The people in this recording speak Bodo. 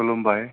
खुलुमबाय